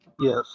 yes